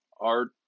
art